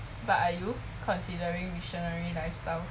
but are you considering missionary lifestyle